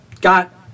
got